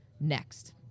next